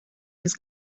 this